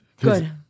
Good